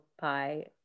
Pie